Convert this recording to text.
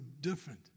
different